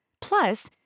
Plus